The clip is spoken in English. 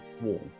wall